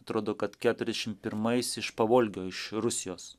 atrodo kad keturiasdešim pirmais iš pavolgio iš rusijos